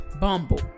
Bumble